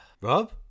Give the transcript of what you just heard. Rob